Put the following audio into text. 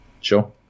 Sure